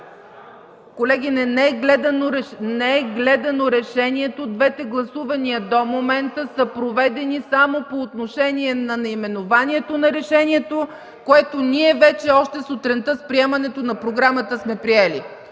Колеги, не е гледано решението. Двете гласувания до момента са проведени само по отношение на наименованието на решението, което ние вече още сутринта с приемането на програмата сме приели,